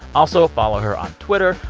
also, follow her on twitter.